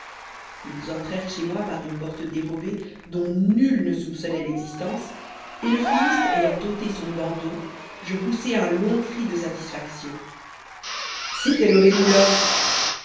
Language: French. ils entrèrent chez moi par une porte dérobée dont nul ne soupçonnait l'existence et le fumiste ayant ôté son bandeau je poussai un long cri de satisfaction c'était le rémouleur